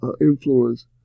influence